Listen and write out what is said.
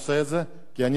כי, אני מוריד את הכובע,